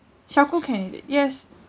xiao gu can eat it yes